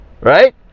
Right